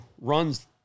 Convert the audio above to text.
runs